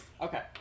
Okay